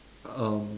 um